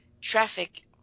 traffic